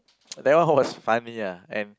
that was fun ya